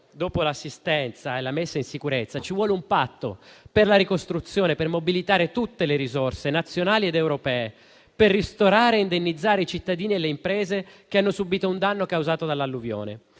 dopo l'assistenza e la messa in sicurezza, ci vuole un patto per la ricostruzione, per mobilitare tutte le risorse nazionali ed europee, per ristorare e indennizzare i cittadini e le imprese che hanno subito un danno causato dall'alluvione.